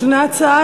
יש הצעה,